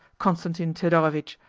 constantine thedorovitch?